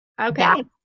Okay